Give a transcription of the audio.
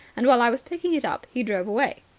and, while i was picking it up, he drove away.